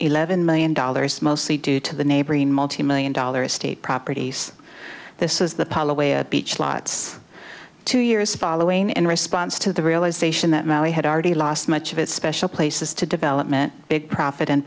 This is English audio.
eleven million dollars mostly due to the neighboring multi million dollar estate properties this is the pollo way of beach lots two years following in response to the realisation that he had already lost much of its special places to development big profit and